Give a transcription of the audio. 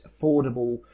affordable